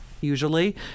usually